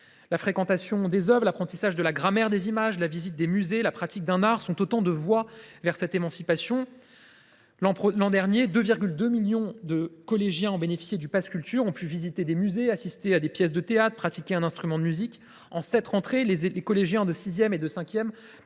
la fréquentation des œuvres, l’apprentissage de la grammaire des images, la visite des musées, la pratique d’un art sont autant de voies vers cette émancipation. L’an dernier, 2,2 millions de collégiens ont bénéficié du pass Culture et ont pu à ce titre visiter des musées, assister à des pièces de théâtre ou pratiquer un instrument de musique. Depuis cette rentrée, les collégiens de sixième et